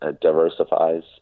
diversifies